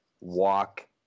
walk